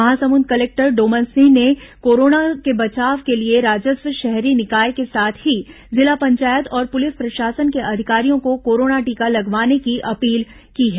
Mahasamund collector Doman Singh ने corona के बचाव के लिए राजस्व शहरी निकाय के साथ ही जिला पंचायत और पुलिस प्रशासन के अधिकारियों को कोरोना टीका लगवाने की अपील की है